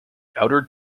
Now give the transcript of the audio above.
outer